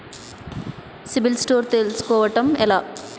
CIBIL score తెల్సుకోటం ఎలా?